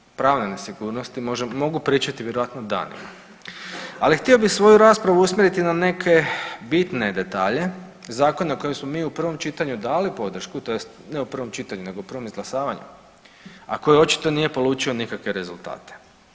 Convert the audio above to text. Dakle o razini pravne nesigurnosti mogu pričati vjerojatno danima, ali htio bih svoju raspravu usmjeriti na neke bitne detalje zakona kojeg smo mi u prvom čitanju dali podršku, tj. ne prvom čitanju, nego prvom izglasavanju, a koje očito nije polučio nikakve rezultate.